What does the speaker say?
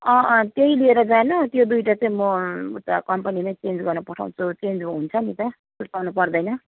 अँ अँ त्यही लिएर जानु त्यो दुईवटा चाहिँ म उता कम्पनीलाई चेन्ज गर्न पठाउँछु चेन्ज हुन्छ नि त सुर्ताउनु पर्दैन